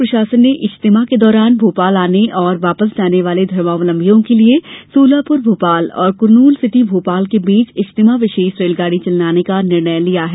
rail प्रशासन ने इज्तिमा के दौरान भोपाल आने और वापस जाने वाले धर्मावलम्बियों के लिये सोलापुर भोपाल और कुरनूल सिटी भोपाल के बीच इज्तिमा विशेष रेलगाड़ी चलाने का निर्णय लिया है